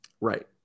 Right